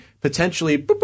potentially